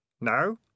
No